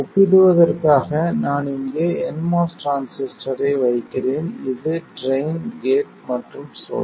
ஒப்பிடுவதற்காக நான் இங்கே nMOS டிரான்சிஸ்டரை வைக்கிறேன் இது ட்ரைன் கேட் மற்றும் சோர்ஸ்